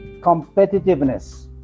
competitiveness